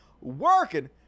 working